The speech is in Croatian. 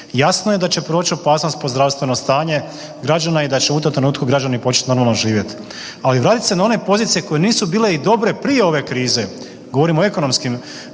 Jasno je da će proći opasnost po zdravstveno stanje građana i da će u tom trenutku građani početi normalno živjeti. Ali vratiti se na one pozicije koje nisu bile i dobre prije ove krize, govorim o ekonomskim